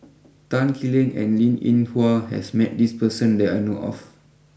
Tan Lee Leng and Linn in Hua has met this person that I know of